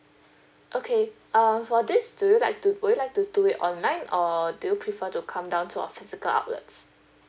okay um for this do you like to would you like to do it online or do you prefer to come down to our physical outlets